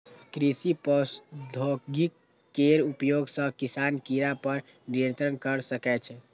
कृषि प्रौद्योगिकी केर उपयोग सं किसान कीड़ा पर नियंत्रण कैर सकै छै